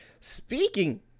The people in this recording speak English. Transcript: Speaking